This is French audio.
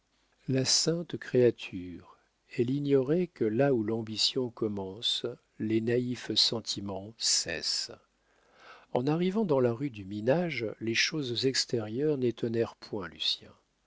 la sainte créature elle ignorait que là où l'ambition commence les naïfs sentiments cessent en arrivant dans la rue du minage les choses extérieures n'étonnèrent point lucien ce